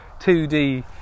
2D